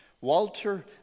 Walter